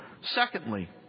Secondly